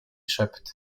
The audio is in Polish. szept